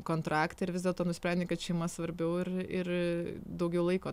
kontraktą ir vis dėlto nusprendei kad šeima svarbiau ir ir daugiau laiko